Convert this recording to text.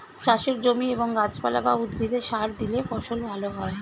চাষের জমি এবং গাছপালা বা উদ্ভিদে সার দিলে ফসল ভালো হয়